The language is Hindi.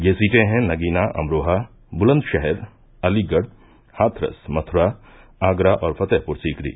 ये सीटें हैं नगीना अमरोहा ब्लंदशहर अलीगढ़ हाथरस मथ्रा आगरा और फतेहप्र सीकरी